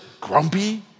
grumpy